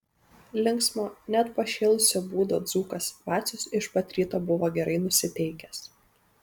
linksmo net pašėlusio būdo dzūkas vacius iš pat ryto buvo gerai nusiteikęs